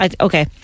Okay